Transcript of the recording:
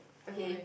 okay